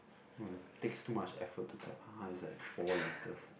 no it takes too much effort to type ah it's like four letters